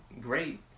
great